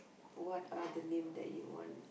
what are the name that you want